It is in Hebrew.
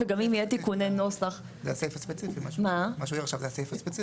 וגם אם יהיו תיקוני נוסח --- מה שהוא העיר עכשיו זה הסעיף הספציפי.